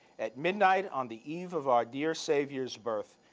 at midnight on the eve of our dear savior's birth,